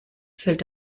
fällt